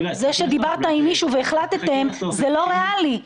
זה שדיברת עם מישהו והחלטתם, זה לא ריאלי.